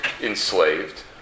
enslaved